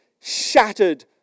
shattered